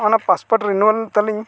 ᱚᱱᱟ ᱛᱟᱞᱤᱧ